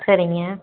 சரிங்க